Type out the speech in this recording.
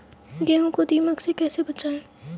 गेहूँ को दीमक से कैसे बचाएँ?